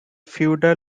feudal